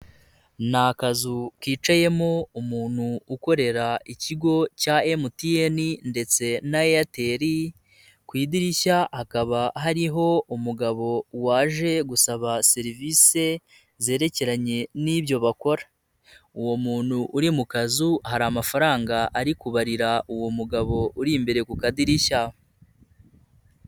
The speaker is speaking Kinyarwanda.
Ni akazu kicayemo umuntu ukorera ikigo cya MTN ndetse na Airtel, ku idirishya hakaba hariho umugabo waje gusaba serivisi zerekeranye n'ibyo bakora, uwo muntu uri mu kazu hari amafaranga ari kubarira uwo mugabo uri imbere ku kadirishya.